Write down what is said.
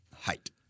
Height